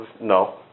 No